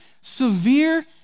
severe